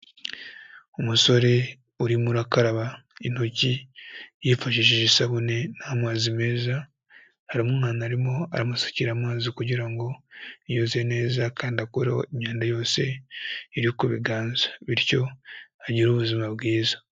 Umusore urimo urakaraba intoki yifashishije isabune n'amazi meza, hari umwana arimo aramusukira amazi kugira ngo, yiyoze neza kandi akureho imyanda yose iri ku biganza bityo agire ubuzima bwiza.